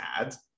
ads